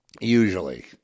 Usually